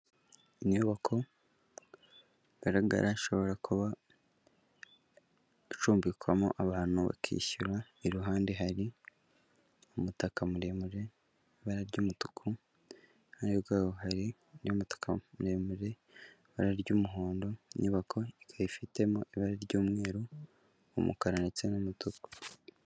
Inyubako igaragara, ishobora kuba icumbikwamo abantu bakishyura, iruhande hari umutaka muremure, ibara ry'umutuku, iruhande rwawo hari undi mutaka muremure, ibara ry'umuhondo, inyubako ikaba ifitemo ibara ry'umweru n'umukara ndetse n'umutuku.